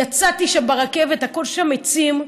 יצאתי משם ברכבת, הכול שם עצים.